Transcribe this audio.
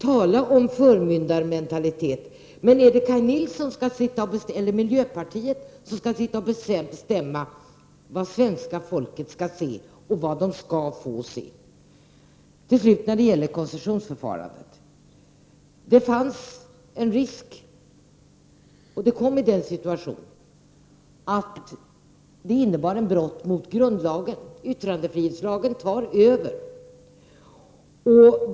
Tala om förmyndarmentalitet! Är det miljöpartiet som skall sitta och bestämma vad det svenska folket skall få se? Till slut något om koncessionsförfarandet. Den situationen uppstod att koncessionsförfarandet innebar ett brott mot grundlagen. Yttrandefrihetslagen tar över.